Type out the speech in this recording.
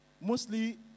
mostly